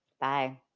Bye